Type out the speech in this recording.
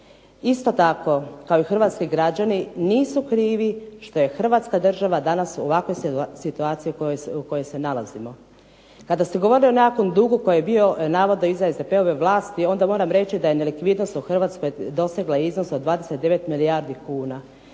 isto tako kao i hrvatski građani nisu krivi što je hrvatska država danas u ovakvoj situaciji u kojoj se nalazimo. Kada ste govorili u nekakvom duhu koji je bio …/Ne razumije se./… SDP-ove vlasti, onda moram reći da je nelikvidnost u Hrvatskoj dosegla iznos od 29 milijardi kuna,